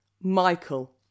Michael